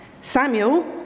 samuel